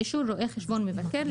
אישור רואה חשבון מבקר,